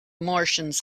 martians